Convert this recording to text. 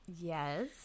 yes